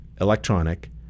electronic